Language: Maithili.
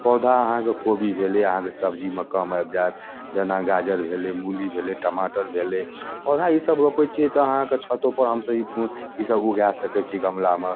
पौधा अहाँके कोबी भेलै अहाँके सब्जीमे काम आबि जायत जेना गाजर भेलै मूली भेलै टमाटर भेलै पौधा ई सब रोपै छियै तऽ अहाँके छतोपर हमसब ई सब ई सब उगा सकै छी गमलामे